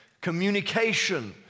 communication